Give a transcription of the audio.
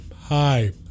Hi